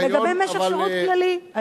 לגבי משך שירות כללי.